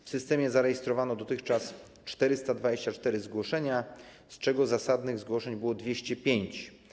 W systemie zarejestrowano dotychczas 424 zgłoszenia, z czego zasadnych zgłoszeń było 205.